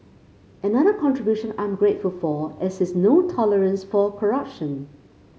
another contribution I'm grateful for is his no tolerance for corruption